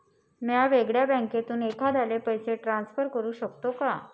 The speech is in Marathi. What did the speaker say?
म्या वेगळ्या बँकेतून एखाद्याला पैसे ट्रान्सफर करू शकतो का?